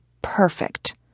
perfect